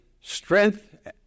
strength